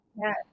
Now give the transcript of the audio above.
Yes